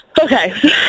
Okay